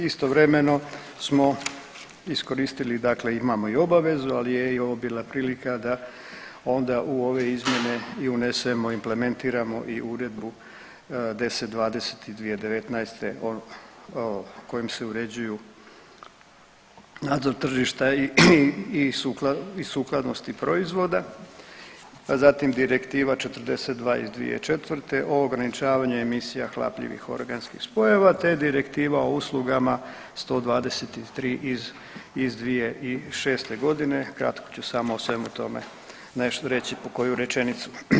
Istovremeno smo iskoristili, dakle i imamo obavezu, ali je i ovo bila prilika da onda u ove izmjene i unesemo, implementiramo Uredbu 1020 iz 2019. o kojim se uređuju nadzor tržišta i sukladnosti proizvoda, a zatim Direktiva 42 iz 2004. o ograničavanju emisija hlapljivih organskih spojeva te Direktiva o uslugama 123 iz 2006. g. kratko ću samo o svemu tome nešto reći po koju rečenu.